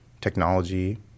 technology